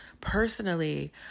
personally